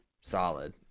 solid